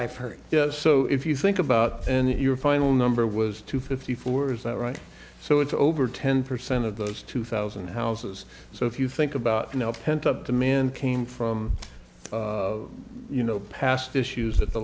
heard so if you think about and if your final number was to fifty four is that right so it's over ten percent of those two thousand houses so if you think about you know pent up demand came from you know past issues that the